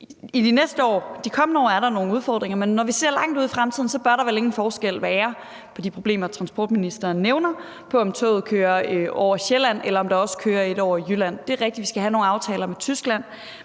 De kommende år er der nogle udfordringer, men når vi ser langt ud i fremtiden, bør der vel ikke være nogen forskel på de problemer, transportministeren nævner, i forhold til om toget kører ned over Sjælland, eller om der også kører et ned over Jylland. Det er rigtigt, at vi skal have nogle aftaler med Tyskland,